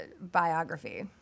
biography